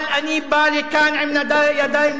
אבל אני בא לכאן בידיים נקיות,